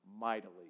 mightily